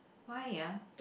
why ah